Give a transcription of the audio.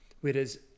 Whereas